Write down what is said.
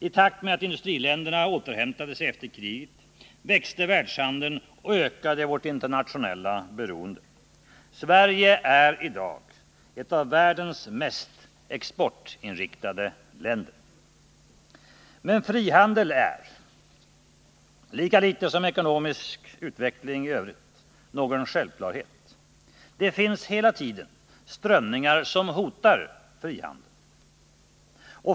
I takt med att industriländerna återhämtade sig efter kriget växte världshandeln och ökade vårt internationella beroende. Sverige är i dag ett av världens mest exportinriktade länder. Men frihandel är — lika litet som ekonomisk utveckling i övrigt — någon självklarhet. Det finns hela tiden strömningar som hotar frihandeln.